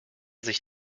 sich